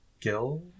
Gil